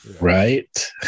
Right